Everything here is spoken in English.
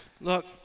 Look